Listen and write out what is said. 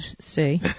See